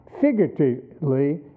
figuratively